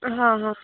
હા હા